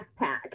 backpack